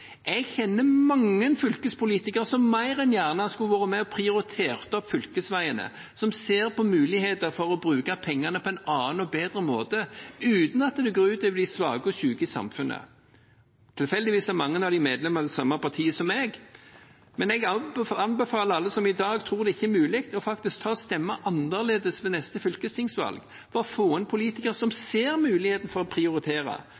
Jeg kjenner mange fylkespolitikere som mer enn gjerne skulle vært med og prioritert opp fylkesveiene, som ser på muligheter for å bruke pengene på en annen og bedre måte uten at det går ut over de svake og syke i samfunnet. Tilfeldigvis er mange av dem medlem av det samme partiet som meg, men jeg anbefaler alle som i dag tror det ikke er mulig, faktisk å stemme annerledes ved neste fylkestingsvalg for få inn politikere som ser muligheten for å prioritere